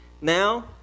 Now